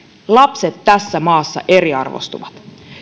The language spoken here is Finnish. lapset tässä maassa eriarvoistuvat